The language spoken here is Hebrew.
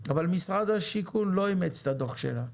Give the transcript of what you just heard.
אבל משרד השיכון לא אימץ את הדוח שלה.